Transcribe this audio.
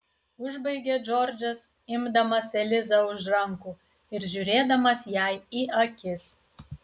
užbaigė džordžas imdamas elizą už rankų ir žiūrėdamas jai į akis